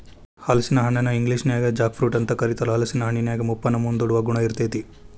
ಹಲಸಿನ ಹಣ್ಣನ ಇಂಗ್ಲೇಷನ್ಯಾಗ ಜಾಕ್ ಫ್ರೂಟ್ ಅಂತ ಕರೇತಾರ, ಹಲೇಸಿನ ಹಣ್ಣಿನ್ಯಾಗ ಮುಪ್ಪನ್ನ ಮುಂದೂಡುವ ಗುಣ ಇರ್ತೇತಿ